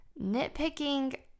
Nitpicking